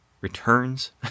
returns